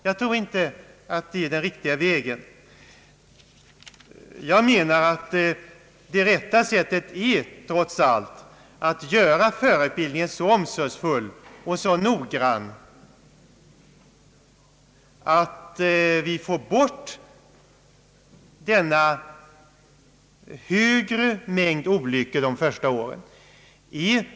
Jag anser inte att detta är den riktiga vägen att gå, utan jag menar att det rätta sättet är att göra förarutbildningen så omsorgsfull och så noggrann att det stora antal olyckor som inträffar under de första åren efter utbildningen minskar.